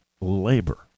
labor